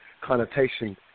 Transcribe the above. connotation